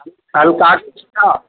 हल्का